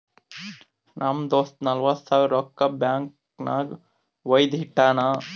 ನಮ್ ದೋಸ್ತ ನಲ್ವತ್ ಸಾವಿರ ರೊಕ್ಕಾ ಬ್ಯಾಂಕ್ ನಾಗ್ ವೈದು ಇಟ್ಟಾನ್